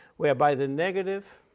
whereby the negative